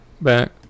back